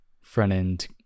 front-end